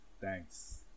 thanks